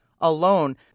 alone